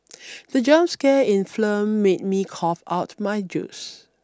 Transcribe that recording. the jump scare in film made me cough out my juice